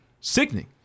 Sickening